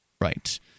Right